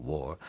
War